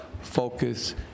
focus